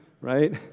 right